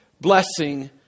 blessing